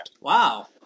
wow